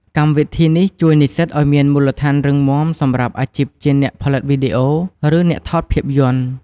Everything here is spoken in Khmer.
កម្មវិធីនេះជួយនិស្សិតឱ្យមានមូលដ្ឋានរឹងមាំសម្រាប់អាជីពជាអ្នកផលិតវីដេអូ ឬអ្នកថតភាពយន្ត។